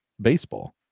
baseball